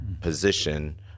position